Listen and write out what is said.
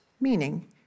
meaning